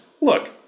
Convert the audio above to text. Look